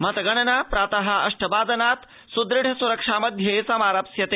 मतगणना प्रात अष्टवादनात् सुदृढ़ सुरक्षा मध्ये समारप्स्यते